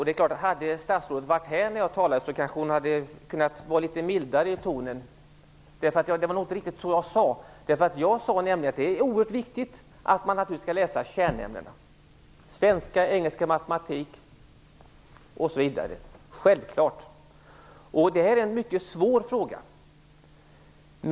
Hade statsrådet varit inne i kammaren när jag höll mitt anförande hade hon kunnat vara mildare i tonen. Det hon citerade var inte riktigt det jag sade. Jag sade att det självklart är oerhört viktigt att man skall läsa kärnämnena: svenska, engelska, matematik osv. Men detta är en mycket svår fråga.